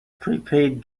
prepaid